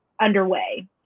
underway